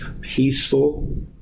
peaceful